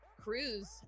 cruise